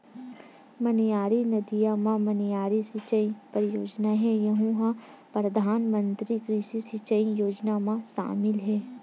मनियारी नदिया म मनियारी सिचई परियोजना हे यहूँ ह परधानमंतरी कृषि सिंचई योजना म सामिल हे